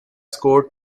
scored